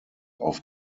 auf